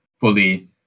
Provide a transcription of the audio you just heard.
fully